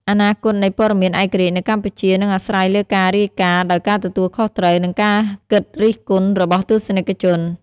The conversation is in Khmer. អនាគតនៃព័ត៌មានឯករាជ្យនៅកម្ពុជានឹងអាស្រ័យលើការរាយការណ៍ដោយការទទួលខុសត្រូវ និងការគិតរិះគន់របស់ទស្សនិកជន។